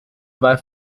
weil